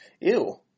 Ew